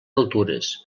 altures